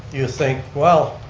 you think, well,